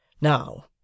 Now